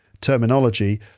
terminology